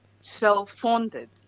self-funded